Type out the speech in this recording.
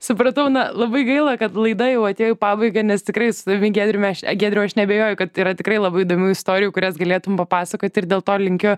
supratau na labai gaila kad laida jau atėjo į pabaigą nes tikrai su jumi giedriumi giedriau aš neabejoju kad yra tikrai labai įdomių istorijų kurias galėtum papasakoti ir dėl to linkiu